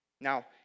Now